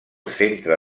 centre